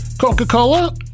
Coca-Cola